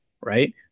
right